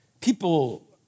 people